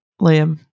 Liam